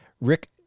Rick